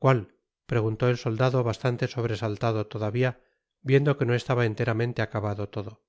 cuál preguntó el soldado bastante sobresaltado todavia viendo que no estaba enteramente acabado todo